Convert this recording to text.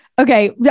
okay